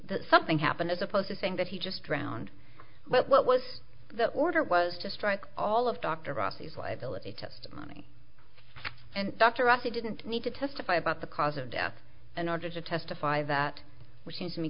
that something happened as opposed to saying that he just drowned but what was the order was to strike all of dr ross's liability testimony and dr ross he didn't need to testify about the cause of death in order to testify that which seems to me